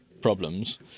problems